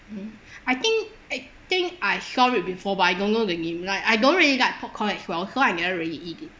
I think I think I saw it before but I don't know the mean like I don't really like popcorn as well so I never really eat it